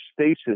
stasis